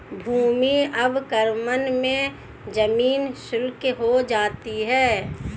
भूमि अवक्रमण मे जमीन शुष्क हो जाती है